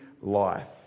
life